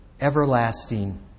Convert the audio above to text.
everlasting